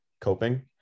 Coping